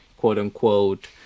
quote-unquote